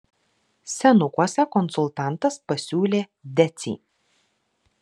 senukuose konsultantas pasiūlė decį